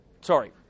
Sorry